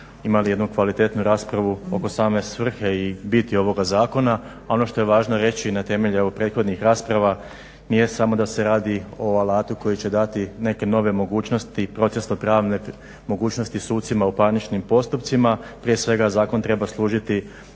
Hvala i vama.